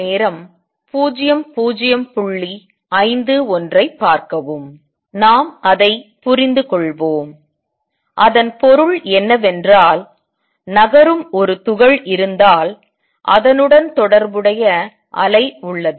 நாம் அதை புரிந்து கொள்வோம் அதன் பொருள் என்னவென்றால் நகரும் ஒரு துகள் இருந்தால் அதனுடன் தொடர்புடைய அலை உள்ளது